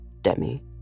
Demi